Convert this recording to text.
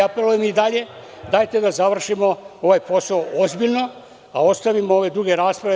Apelujem i dalje, dajte da završimo taj posao ozbiljno, da ostavimo ove druge rasprave.